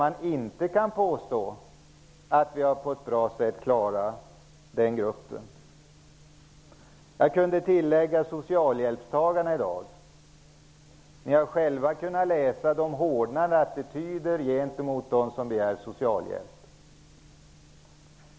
Man kan inte påstå att vi på ett bra sätt har klarat av den gruppen. Jag skulle också kunna nämna socialhjälpstagarnas situation i dag. Ni har själva kunnat läsa om de hårdnande attityderna gentemot dem som begär socialhjälp.